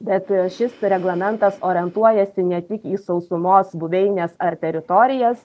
bet šis reglamentas orientuojasi ne tik į sausumos buveines ar teritorijas